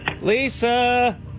Lisa